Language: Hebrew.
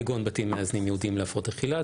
זה כגון בתים מאזנים ייעודיים להפרעות אכילה,